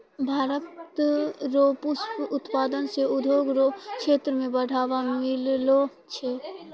भारत रो पुष्प उत्पादन से उद्योग रो क्षेत्र मे बढ़ावा मिललो छै